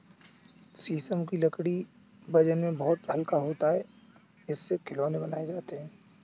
शीशम की लकड़ी वजन में बहुत हल्का होता है इससे खिलौने बनाये जाते है